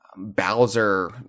bowser